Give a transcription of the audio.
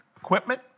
equipment